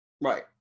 Right